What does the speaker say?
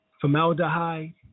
formaldehyde